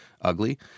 ugly